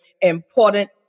important